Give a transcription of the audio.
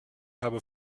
habe